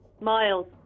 Miles